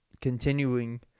continuing